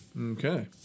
okay